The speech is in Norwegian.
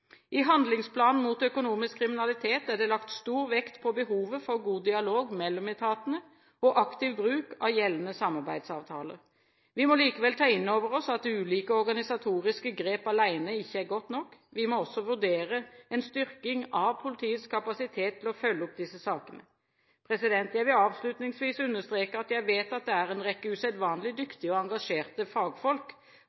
I handlingsplanen mot økonomisk kriminalitet er det lagt stor vekt på behovet for god dialog mellom etatene og aktiv bruk av gjeldende samarbeidsavtaler. Vi må likevel ta innover oss at ulike organisatoriske grep alene ikke er godt nok. Vi må også vurdere en styrking av politiets kapasitet til å følge opp disse sakene. Jeg vil avslutningsvis understreke at jeg vet det er en rekke usedvanlig